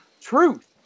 truth